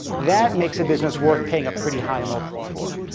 that makes a business worth paying a pretty high multiple for.